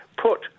put